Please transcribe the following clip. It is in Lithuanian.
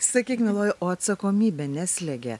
sakyk mieloji o atsakomybė neslegia